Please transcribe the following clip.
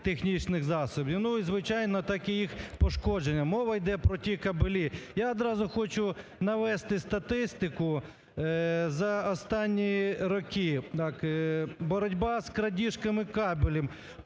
технічних засобів, ну, і звичайно так і їх пошкодження. Мова йде про ті кабелі. Я одразу хочу навести статистику за останні роки. Боротьба з крадіжками кабелю.